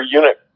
unit